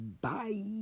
Bye